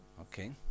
Okay